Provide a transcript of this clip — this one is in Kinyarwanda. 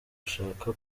ushaka